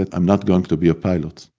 i'm not going to be a pilot.